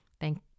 Thank